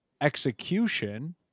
execution